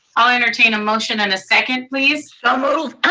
i'll entertain a motion and a second pleased. so moved.